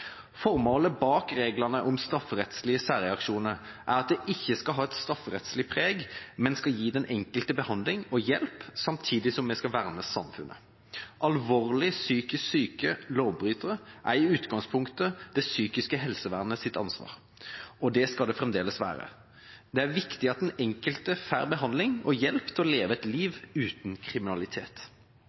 Formålet bak reglene om strafferettslige særreaksjoner er at de ikke skal ha et strafferettslig preg, men skal gi den enkelte behandling og hjelp, samtidig som vi skal verne samfunnet. Alvorlig psykisk syke lovbrytere er i utgangspunktet det psykiske helsevesenets ansvar, og det skal det fremdeles være. Det er viktig at den enkelte får behandling og hjelp til å leve et liv uten kriminalitet.